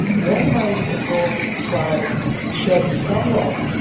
randomised controlled trials shed some light,